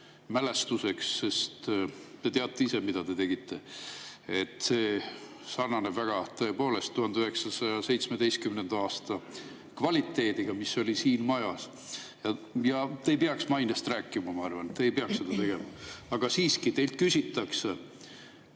[jäädvustamine]. Te teate ise, mida te tegite. See sarnaneb väga, tõepoolest, 1917. aasta kvaliteediga, mis siin majas oli. Te ei peaks mainest rääkima, ma arvan. Te ei peaks seda tegema. Aga siiski, teilt küsitakse